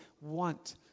want